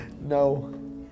no